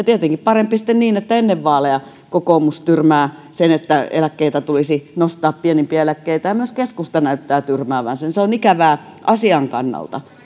tietenkin parempi sitten niin että ennen vaaleja kokoomus tyrmää sen että pienimpiä eläkkeitä tulisi nostaa ja myös keskusta näyttää tyrmäävän sen se on ikävää asian kannalta